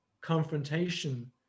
confrontation